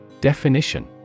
Definition